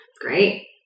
Great